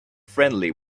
friendly